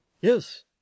yes